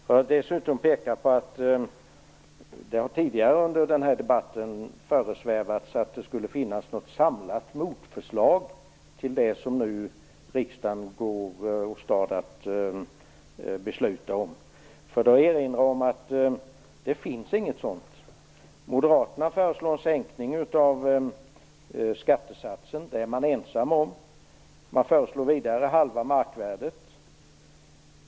Låt mig dessutom peka på att det tidigare under den här debatten har föresvävats att det skulle finnas något samlat motförslag till det som riksdagen nu går åstad att besluta om. Låt mig då erinra om att det inte finns något sådant. Moderaterna föreslår en sänkning av skattesatsen. Det är man ensamma om. De föreslår vidare halva markvärdet.